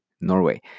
Norway